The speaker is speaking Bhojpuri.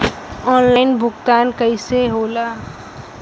ऑनलाइन भुगतान कईसे होला?